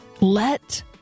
Let